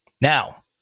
Now